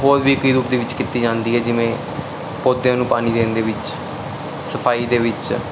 ਹੋਰ ਵੀ ਕਈ ਰੂਪ ਦੇ ਵਿੱਚ ਕੀਤੀ ਜਾਂਦੀ ਹੈ ਜਿਵੇਂ ਪੌਦਿਆਂ ਨੂੰ ਪਾਣੀ ਦੇਣ ਦੇ ਵਿੱਚ ਸਫਾਈ ਦੇ ਵਿੱਚ